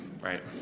right